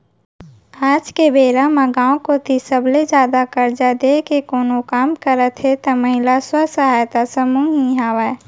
आज के बेरा म गाँव कोती सबले जादा करजा देय के कोनो काम करत हे त महिला स्व सहायता समूह ही हावय